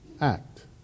act